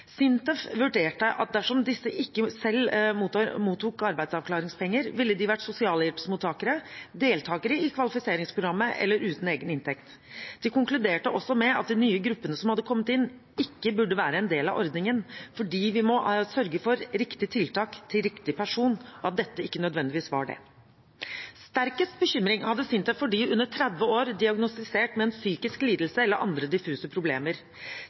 SINTEF vurderte det slik at dersom disse ikke hadde mottatt arbeidsavklaringspenger, ville de vært sosialhjelpsmottakere, deltakere i kvalifiseringsprogrammet eller uten egen inntekt. De konkluderte også med at de nye gruppene som hadde kommet inn, ikke burde være en del av ordningen, fordi vi må sørge for riktig tiltak til riktig person, og dette var ikke nødvendigvis det. Sterkest bekymring hadde SINTEF for dem under 30 år diagnostisert med en psykisk lidelse eller andre diffuse problemer.